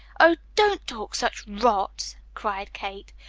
oh, don't talk such rot! cried kate.